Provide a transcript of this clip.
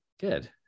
Good